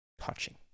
touching